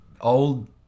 Old